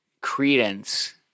credence